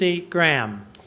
Graham